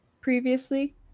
previously